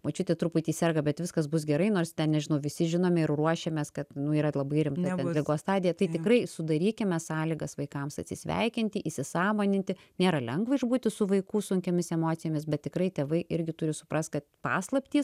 močiutė truputį serga bet viskas bus gerai nors ten nežinau visi žinome ir ruošiamės kad nu yra labai rimta ten ligos stadija tai tikrai sudarykime sąlygas vaikams atsisveikinti įsisąmoninti nėra lengva išbūti su vaikų sunkiomis emocijomis bet tikrai tėvai irgi turi suprast kad paslaptys